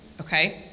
okay